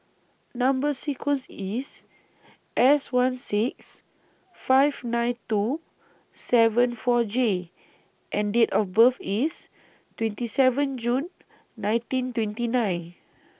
Number sequence IS S one six five nine two seven four J and Date of birth IS twenty seven June nineteen twenty nine